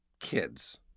kids